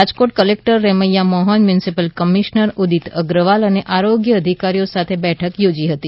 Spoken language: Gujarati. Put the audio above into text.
Rajkot collector Remya Mohan municipal commissioner Udit Agrawal અને આરોગ્ય અધિકારીઓ સાથે બેઠક યોજી હતી